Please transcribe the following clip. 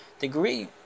degree